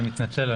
אני מתנצל.